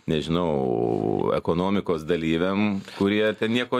nežinau ekonomikos dalyviam kurie ten nieko